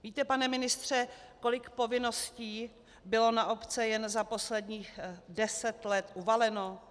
Víte, pane ministře, kolik povinností bylo na obce jen za posledních deset let uvaleno?